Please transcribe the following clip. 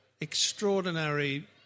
extraordinary